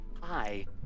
Hi